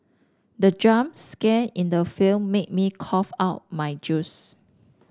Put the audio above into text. the jump scare in the film made me cough out my juice